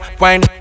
wine